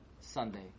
Sunday